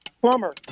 Plumber